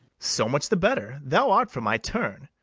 so much the better thou art for my turn.